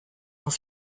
auf